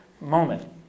moment